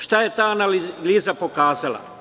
Šta je ta analiza pokazala?